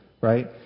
right